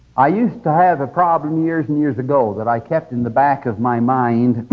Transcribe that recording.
i used to have a problem years and years ago that i kept in the back of my mind.